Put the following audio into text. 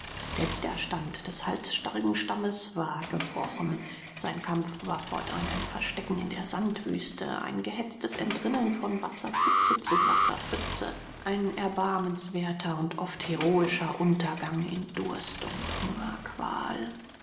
der widerstand des halsstarrigen stammes war gebrochen sein kampf war fortan ein verstecken in der sandwüste ein gehetztes entrinnen von wasserpfütze zu wasserpfütze ein erbarmenswerter und oft heroischer untergang in durst und